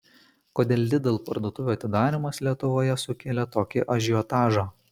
kodėl lidl parduotuvių atidarymas lietuvoje sukėlė tokį ažiotažą